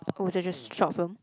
oh short film